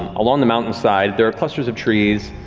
and along the mountainside, there are clusters of trees.